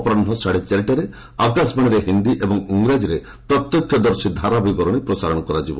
ଅପରାହୁ ସାଢ଼େ ଚାରିଟାରେ ଆକାଶବାଣୀରେ ହିନ୍ଦୀ ଏବଂ ଇରାଜୀରେ ପ୍ରତ୍ୟକ୍ଷଦର୍ଶୀ ଧାରାବିବରଣୀ ପ୍ରସାରଣ କରାଯିବ